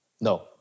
no